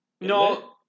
No